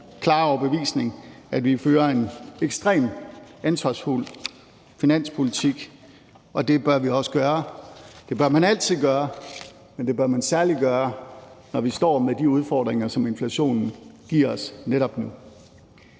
klare overbevisning, at vi fører en ekstremt ansvarsfuld finanspolitik, og det bør vi også gøre. Det bør man altid gøre, men det bør man særlig gøre, når vi står med de udfordringer, som inflationen giver os netop nu.